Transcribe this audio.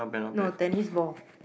no tennis ball